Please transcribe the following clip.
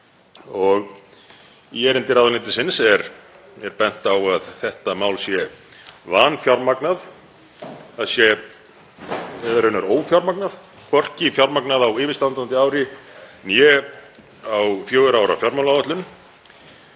Í erindi ráðuneytisins er bent á að þetta mál sé vanfjármagnað, sé raunar ófjármagnað, hvorki fjármagnað á yfirstandandi ári né á fjögurra ára fjármálaáætlun.